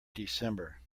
december